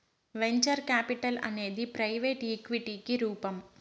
venture capital అనేది private ఈక్విటికి రూపం